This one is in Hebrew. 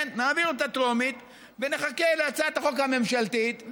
נעביר אותה טרומית ונחכה להצעת החוק הממשלתית?